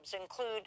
include